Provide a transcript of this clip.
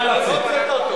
נא לצאת.